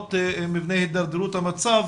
האזהרות מפני הידרדרות המצב,